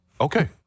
okay